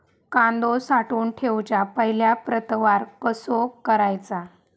कांदो साठवून ठेवुच्या पहिला प्रतवार कसो करायचा?